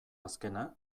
azkena